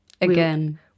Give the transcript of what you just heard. Again